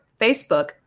Facebook